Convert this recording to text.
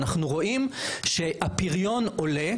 אנחנו רואים שהפריון עולה,